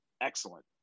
excellent